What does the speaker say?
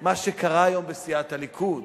מה שקרה היום בסיעת הליכוד.